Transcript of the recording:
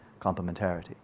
complementarity